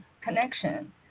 connection